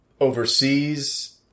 overseas